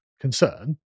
concern